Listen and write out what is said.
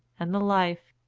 and the life,